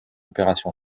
opération